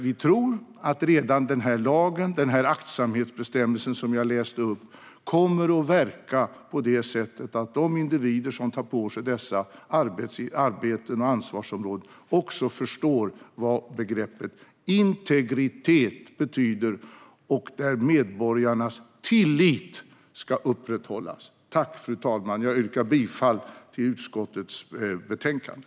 Vi tror att redan denna lag - den aktsamhetsbestämmelse som jag läste upp - kommer att verka på så sätt att de individer som tar på sig dessa arbeten och ansvarsområden också förstår vad begreppet integritet betyder. Medborgarnas tillit ska upprätthållas. Fru talman! Jag yrkar bifall till förslaget i utskottets betänkande.